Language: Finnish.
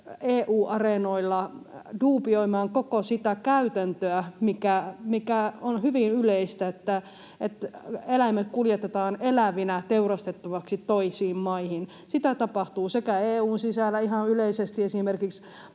EU-areenoilla duubioimaan koko sitä käytäntöä, mikä on hyvin yleinen, että eläimet kuljetetaan elävinä teurastettavaksi toisiin maihin. Sitä tapahtuu EU:n sisällä ihan yleisesti — esimerkiksi